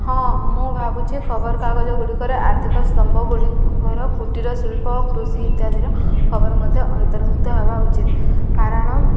ହଁ ମୁଁ ଭାବୁଛିି ଖବରକାଗଜ ଗୁଡ଼ିକରେ ଆର୍ଥିକ ସ୍ତମ୍ଭ ଗୁଡ଼ିକର କୁଟୀର ଶିଳ୍ପ କୃଷି ଇତ୍ୟାଦିର ଖବର ମଧ୍ୟ ଅନ୍ତର୍ଭୁକ୍ତ ହେବା ଉଚିତ୍ କାରଣ